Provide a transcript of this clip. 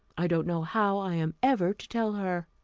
i don't know how i am ever to tell her.